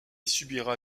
subira